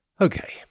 Okay